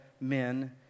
men